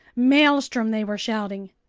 maelstrom! they were shouting.